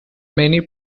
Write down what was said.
many